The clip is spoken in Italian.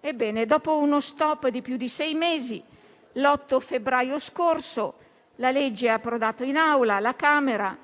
Ebbene, dopo uno *stop* di più di sei mesi, l'8 febbraio scorso il disegno di legge è approdato in Aula alla Camera